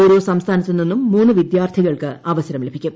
ഓരോ സംസ്ഥാനത്തു നിന്നും മൂന്ന് വിദ്യാർത്ഥികൾക്ക് അവസരം ലഭിക്കും